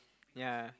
ya